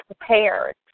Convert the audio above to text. prepared